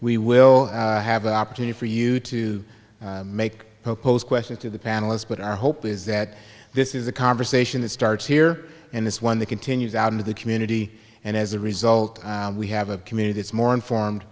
we will have an opportunity for you to make posed questions to the panelist but our hope is that this is a conversation that starts here and it's one that continues out into the community and as a result we have a community more informed